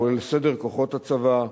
כולל סדר כוחות הצבא,